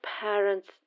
parents